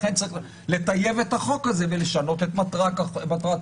לכן צריך לטייב את החוק הזה ולשנות את מטרת החוק,